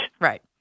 Right